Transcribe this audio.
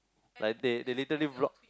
like they they literally block